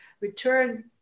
return